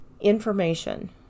information